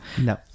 No